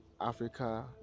africa